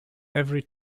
every